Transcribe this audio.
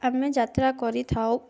ଆମେ ଯାତ୍ରା କରିଥାଉ